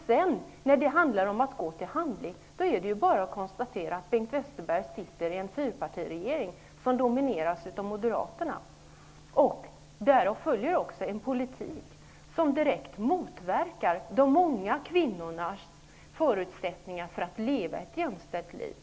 Men när det gäller att gå till handling är det bara att konstatera att Bengt Westerberg sitter i en fyrpartiregering som domineras av Moderaterna. Därav följer en politik som direkt motverkar många kvinnors förutsättningar att leva ett jämställt liv.